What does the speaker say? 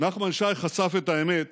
נחמן שי חשף את האמת